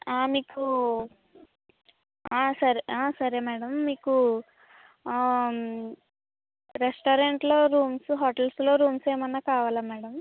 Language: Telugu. మీకు సరే సరే మేడం మీకు రెస్టారెంట్లో రూమ్స్ హోటల్స్లో రూమ్స్ ఏమైనా కావాలా మేడం